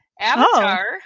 Avatar